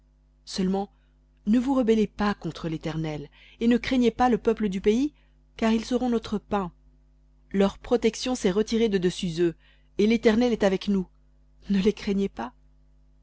seulement ne vous rebellez pas contre l'éternel et ne craignez pas le peuple du pays car ils seront notre pain leur protection s'est retirée de dessus eux et l'éternel est avec nous ne les craignez pas